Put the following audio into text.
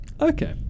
Okay